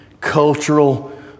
cultural